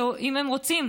אם הם רוצים,